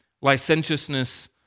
licentiousness